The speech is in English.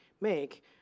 make